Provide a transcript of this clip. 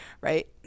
right